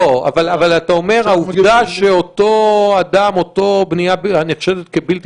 אבל אתה אומר שהעבודה של אותה בנייה שנחשדת כבלתי